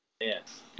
Yes